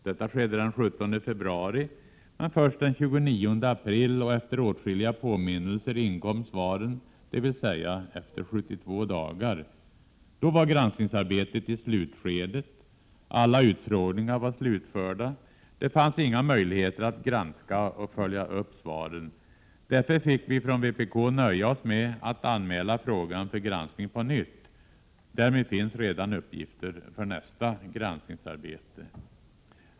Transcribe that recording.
Detta skedde den 17 februari, men först den 29 april och efter åtskilliga påminnelser inkom svaren, dvs. efter 72 dagar. Då var granskningsarbetet i slutskedet. Alla utfrågningar var slutförda. Det fanns inga möjligheter att granska och följa upp svaren. Därför fick vi från vpk nöja oss med att anmäla frågan för granskning på nytt. Därmed finns redan uppgifter för nästa granskningsarbete.